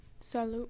Salut